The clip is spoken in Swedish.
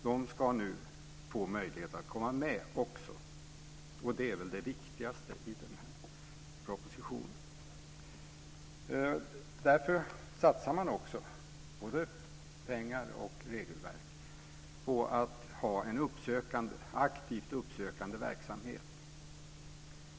De ska nu få möjlighet att komma med också, och det är väl det viktigaste i den här propositionen. Därför satsar man också både pengar och regelverk på att ha en aktivt uppsökande verksamhet.